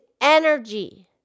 energy